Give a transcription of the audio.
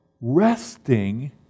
resting